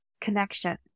connection